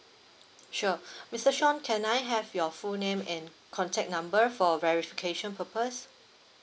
sure mister sean can I have your full name and contact number for verification purpose